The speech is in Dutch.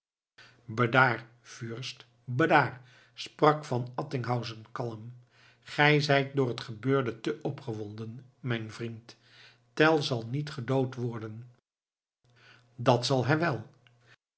bedaar fürst bedaar sprak van attinghausen kalm ge zijt door het gebeurde te opgewonden mijn vriend tell zal niet gedood worden dat zal hij wel